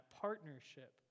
partnership